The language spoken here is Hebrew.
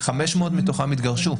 500 מתוכם התגרשו.